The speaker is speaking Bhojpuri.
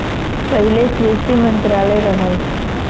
पहिले कृषि मंत्रालय रहल